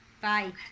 Bye